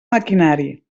maquinari